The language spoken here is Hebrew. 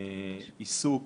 עיסוק